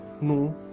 no